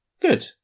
Good